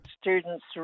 students